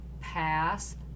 pass